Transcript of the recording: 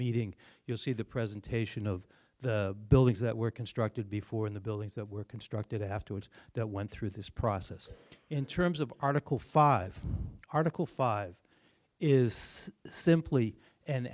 meeting you'll see the presentation of the buildings that were constructed before in the buildings that were constructed afterwards that went through this process in terms of article five article five is simply an